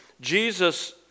Jesus